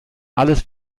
alles